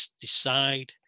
decide